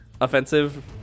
offensive